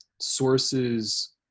sources